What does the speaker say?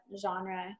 genre